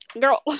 girl